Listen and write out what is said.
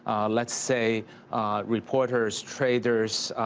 let's say reporters, traders,